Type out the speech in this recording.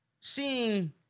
seeing